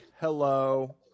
hello